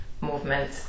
movement